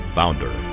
Founder